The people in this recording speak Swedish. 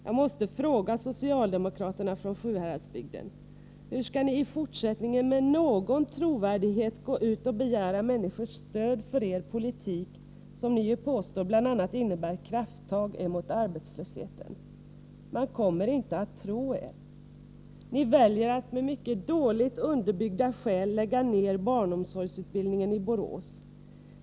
Jag måste fråga socialdemokraterna från Sjuhäradsbygden: Hur skall ni i fortsättningen med någon trovärdighet kunna gå ut och begära människors stöd för er politik, som ni ju påstår bl.a. innebär krafttag mot arbetslösheten? Man kommer inte att tro er. Ni väljer att med mycket dåligt underbyggda skäl lägga ned barnomsorgsutbildningen i Borås.